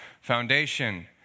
foundation